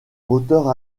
moteur